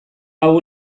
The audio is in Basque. hau